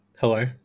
Hello